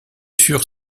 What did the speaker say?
furent